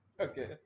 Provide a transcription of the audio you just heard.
okay